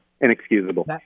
Inexcusable